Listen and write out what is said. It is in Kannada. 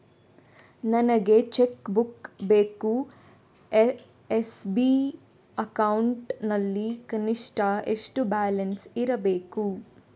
ನನಗೆ ಚೆಕ್ ಬುಕ್ ಬೇಕು ಎಸ್.ಬಿ ಅಕೌಂಟ್ ನಲ್ಲಿ ಕನಿಷ್ಠ ಎಷ್ಟು ಬ್ಯಾಲೆನ್ಸ್ ಇರಬೇಕು?